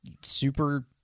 super